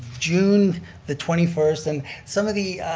june the twenty first and some of the